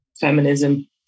feminism